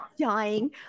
dying